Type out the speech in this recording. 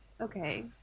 okay